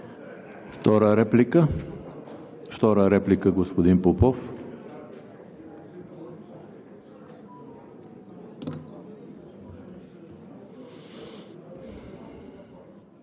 Втора реплика? Втора реплика – господин Попов.